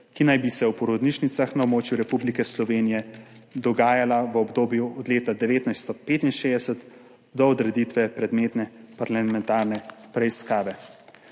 ki naj bi se v porodnišnicah na območju Republike Slovenije dogajala v obdobju od leta 1965 do odreditve predmetne parlamentarne preiskave.